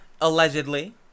Allegedly